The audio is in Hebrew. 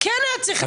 כן היה צריך להוציא.